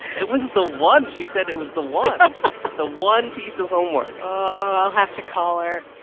it was the one. she said it was the one the one piece of homework i'll have to call her.